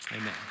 Amen